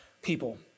People